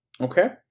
Okay